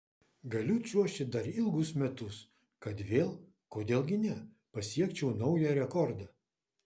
galiu čiuožti dar ilgus metus kad vėl kodėl gi ne pasiekčiau naują rekordą